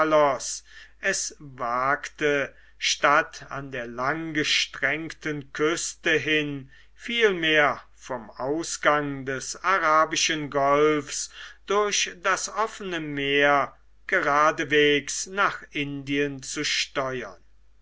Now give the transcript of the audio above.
es wagte statt an der langgestreckten küste hin vielmehr vom ausgang des arabischen golfs durch das offene meer geradewegs nach indien zu steuern